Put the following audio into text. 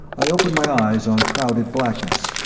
i opened my eyes on crowded blackness,